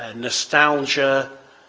and nostalgia.